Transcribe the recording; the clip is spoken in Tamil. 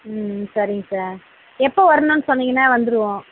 ம் சரிங்க சார் எப்போ வரணுன்னு சொன்னீங்கன்னா வந்துவிடுவோம்